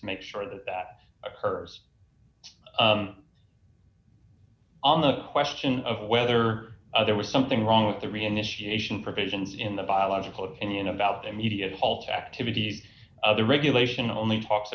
to make sure that that occurs on the question of whether there was something wrong with the reinitiate provisions in the biological opinion about immediate halt activity other regulation only talks